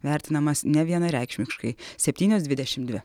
vertinamas nevienareikšmiškai septynios dvidešimt dvi